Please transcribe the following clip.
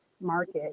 market